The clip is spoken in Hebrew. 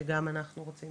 שגם אנחנו רוצים